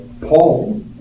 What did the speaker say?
Paul